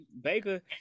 Baker